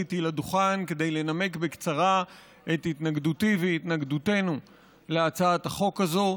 עליתי לדוכן כדי לנמק בקצרה את התנגדותי והתנגדותנו להצעת החוק הזאת.